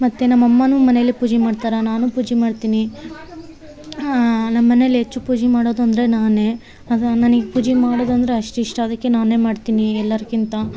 ಮತ್ತು ನಮ್ಮ ಅಮ್ಮ ಮನೆಯಲ್ಲಿ ಪೂಜೆ ಮಾಡ್ತಾರೆ ನಾನು ಪೂಜೆ ಮಾಡ್ತೀನಿ ನಮ್ಮ ಮನೇಲಿ ಹೆಚ್ಚು ಪೂಜೆ ಮಾಡೋದಂದರೆ ನಾನೇ ಅದು ನನಗ್ ಪೂಜೆ ಮಾಡೋದಂದರೆ ಅಷ್ಟು ಇಷ್ಟ ಅದಕ್ಕೆ ನಾನೇ ಮಾಡ್ತೀನಿ ಎಲ್ಲರ್ಕಿಂತ